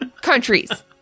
Countries